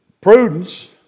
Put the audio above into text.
prudence